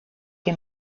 que